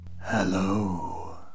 Hello